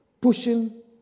pushing